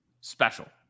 special